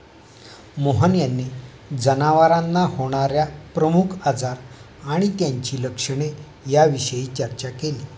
मोहन यांनी जनावरांना होणार्या प्रमुख आजार आणि त्यांची लक्षणे याविषयी चर्चा केली